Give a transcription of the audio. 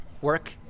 work